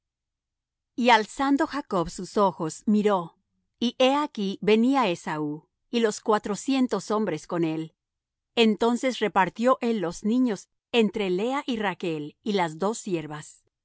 y alzando jacob sus ojos miró y he aquí venía esaú y los cuatrocientos hombres con él entonces repartió él los niños entre lea y rachl y las dos siervas